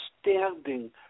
standing